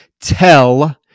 tell